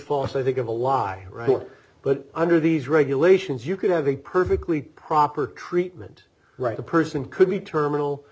false i think of a live report but under these regulations you could have a perfectly proper treatment right a person could be terminal